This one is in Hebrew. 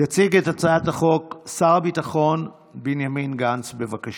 יציג את הצעת החוק שר הביטחון בנימין גנץ, בבקשה.